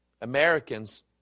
Americans